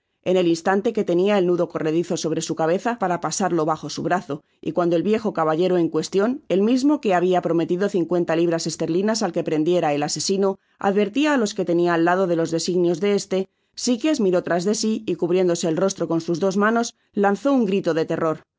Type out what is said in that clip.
en el instante que tenia el nudo corredizo sobre su cabeza para pasarlo bajo su brazo y cuando el viejo caballero en cuestion el mismo que habia prometido cincuenta libras esterlinas al que prendiera el asesino advertia á los que tenia al lado de los designios de éste sikes miró tras si y cubriéndose el rostro con sus dos manos lanzó un grito de terror